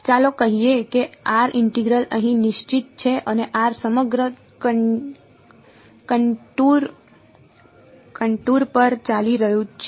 ચાલો કહીએ કે r ઇન્ટિગ્રલ અહીં નિશ્ચિત છે અને r સમગ્ર કનટુર પર ચાલી રહ્યો છે